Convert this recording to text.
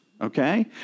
Okay